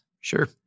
Sure